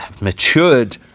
matured